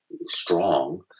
strong